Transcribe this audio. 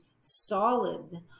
solid